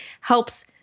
helps